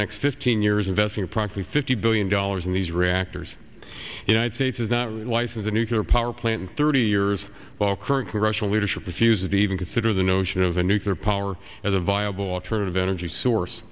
next fifteen years investing promptly fifty billion dollars in these reactors united states is not relicense a nuclear power plant in thirty years well current russian leadership refuses to even consider the notion of a nuclear power as a viable alternative energy source